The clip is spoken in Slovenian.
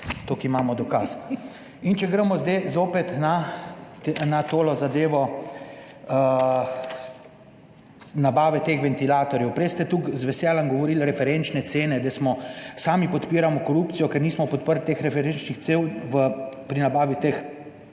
tule imamo dokaz. Če gremo zdaj zopet na zadevo nabave ventilatorjev. Prej ste tu z veseljem govorili, referenčne cene, da sami podpiramo korupcijo, ker nismo podprli teh referenčnih cen pri nabavi